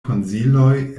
konsiloj